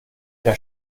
der